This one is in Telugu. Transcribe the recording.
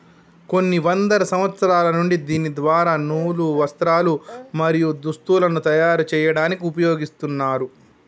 కొన్ని వందల సంవత్సరాల నుండి దీని ద్వార నూలు, వస్త్రాలు, మరియు దుస్తులను తయరు చేయాడానికి ఉపయోగిస్తున్నారు